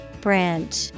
Branch